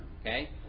Okay